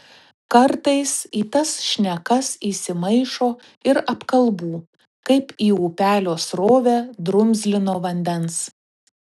kartais į tas šnekas įsimaišo ir apkalbų kaip į upelio srovę drumzlino vandens